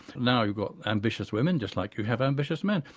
now you've got ambitious women just like you have ambitious men,